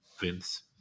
Vince